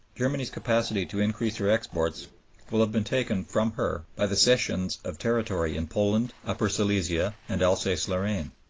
germany's capacity to increase her exports will have been taken from her by the cessions of territory in poland, upper silesia, and alsace-lorraine.